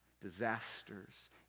disasters